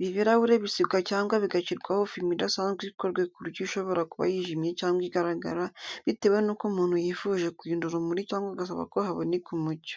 Ibi birahure bisigwa cyangwa bigashyirwaho fime idasanzwe ikora ku buryo ishobora kuba yijimye cyangwa igaragara, bitewe n’uko umuntu yifuje kurinda urumuri cyangwa agasaba ko haboneka umucyo.